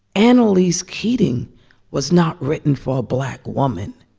annalise keating was not written for a black woman.